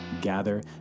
gather